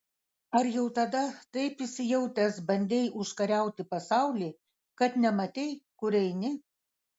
ar jau tada taip įsijautęs bandei užkariauti pasaulį kad nematei kur eini